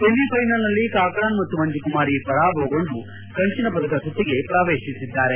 ಸೆಮಿಫೈನಲ್ನಲ್ಲಿ ಕಕ್ರಾನ್ ಮತ್ತು ಮಂಜು ಕುಮಾರಿ ಪರಾಭವಗೊಂಡು ಕಂಚಿನ ಪದಕ ಸುತ್ತಿಗೆ ಶ್ರವೇಶಿಸಿದ್ದಾರೆ